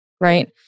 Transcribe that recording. Right